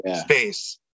space